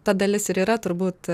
ta dalis ir yra turbūt